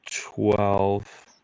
twelve